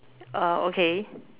uh okay